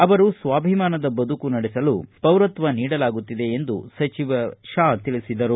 ಅವರು ಸ್ವಾಭಿಮಾನದ ಬದುಕು ನಡೆಸಲು ಪೌರತ್ವ ನೀಡಲಾಗುತ್ತಿದೆ ಎಂದು ಹೇಳಿದರು